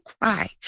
cry